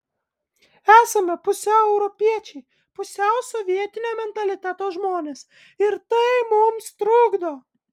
esame pusiau europiečiai pusiau sovietinio mentaliteto žmonės ir tai mums trukdo